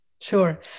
Sure